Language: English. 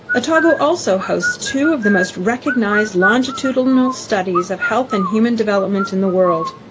otago also hosts two of the most recognised longitudinal studies of health and human development in the world,